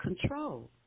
control